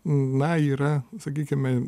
na yra sakykime